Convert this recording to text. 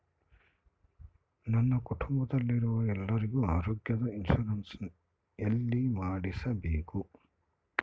ನನ್ನ ಕುಟುಂಬದಲ್ಲಿರುವ ಎಲ್ಲರಿಗೂ ಆರೋಗ್ಯದ ಇನ್ಶೂರೆನ್ಸ್ ಎಲ್ಲಿ ಮಾಡಿಸಬೇಕು?